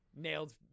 nailed